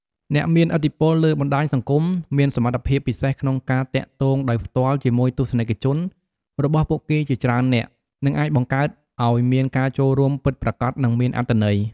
អ្នកមានឥទ្ធិពលលើបណ្ដាញសង្គម មានសមត្ថភាពពិសេសក្នុងការទាក់ទងដោយផ្ទាល់ជាមួយទស្សនិកជនរបស់ពួកគេជាច្រើននាក់ និងអាចបង្កើតឱ្យមានការចូលរួមពិតប្រាកដ និងមានអត្ថន័យ។